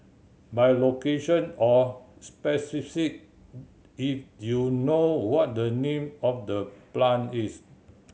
by location or species if you know what the name of the plant is